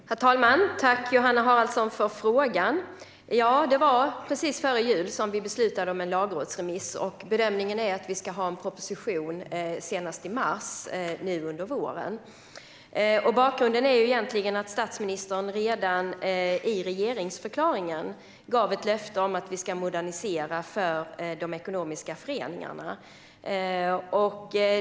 Herr talman! Tack, Johanna Haraldsson, för frågan! Ja, det var precis före jul som vi beslutade om en lagrådsremiss. Bedömningen är att vi ska ha en proposition senast i mars, alltså nu under våren. Bakgrunden är egentligen att statsministern redan i regeringsförklaringen gav ett löfte om att vi ska modernisera för de ekonomiska föreningarna.